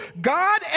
God